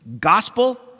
gospel